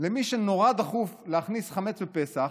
למי שנורא דחוף להכניס חמץ בפסח,